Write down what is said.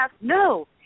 No